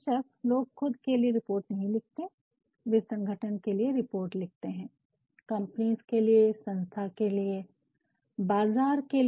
बेशक लोग खुद के लिए रिपोर्ट नहीं लिखते है वो संगठन के लिए रिपोर्ट लिखते है कम्पनीज के लिए संस्था के लिएबाजार के लिए